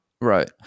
Right